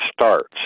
starts